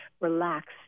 relax